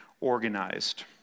organized